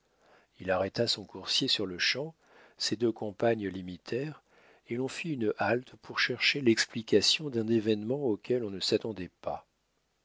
il arrêta son coursier sur-le-champ ses deux compagnes l'imitèrent et l'on fit une halte pour chercher l'explication d'un événement auquel on ne s'attendait pas